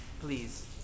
please